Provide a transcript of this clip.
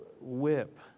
whip